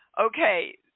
okay